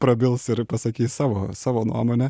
prabils ir pasakys savo savo nuomonę